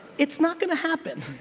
it's not gonna happen.